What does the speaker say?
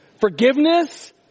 Forgiveness